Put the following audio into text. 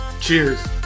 Cheers